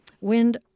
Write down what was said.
Wind